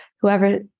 whoever